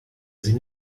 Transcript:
sie